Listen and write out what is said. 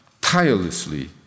tirelessly